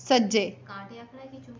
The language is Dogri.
सज्जै